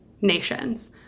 nations